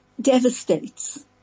devastates